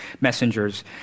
messengers